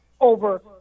over